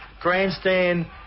Grandstand